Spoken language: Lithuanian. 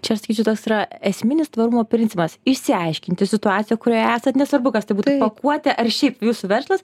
čia aš sakyčiau toks yra esminis tvarumo principas išsiaiškinti situaciją kurioje esat nesvarbu kas tai būtų pakuotė ar šiaip jūsų verslas